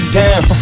down